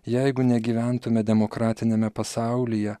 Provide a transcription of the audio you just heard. jeigu negyventume demokratiniame pasaulyje